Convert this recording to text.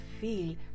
feel